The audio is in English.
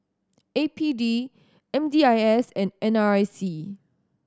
A P D M D I S and N R I C